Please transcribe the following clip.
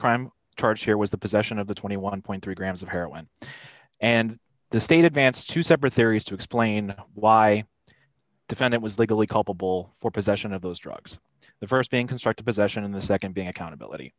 crime charge here was the possession of the twenty one point three grams of heroin and the state advanced to separate theories to explain why a defendant was legally culpable for possession of those drugs the st being constructive possession and the nd being accountability